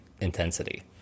intensity